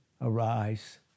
arise